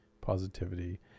positivity